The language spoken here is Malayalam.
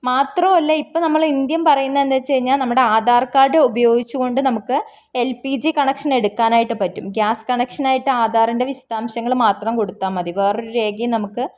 മാത്രമല്ല ഇപ്പോള് നമ്മുടെ ഇന്ത്യന് പറയുന്നതെന്താണെന്ന് വെച്ചുകഴിഞ്ഞാല് നമ്മുടെ ആധാർ കാർഡ് ഉപയോഗിച്ചുകൊണ്ട് നമുക്ക് എൽ പി ജി കണക്ഷൻ എടുക്കാനായിട്ട് പറ്റും ഗ്യാസ് കണക്ഷനായിട്ട് ആധാറിൻ്റെ വിശദാംശങ്ങള് മാത്രം കൊടുത്താല് മതി വേറെയൊരു രേഖയും നമുക്ക്